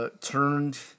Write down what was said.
turned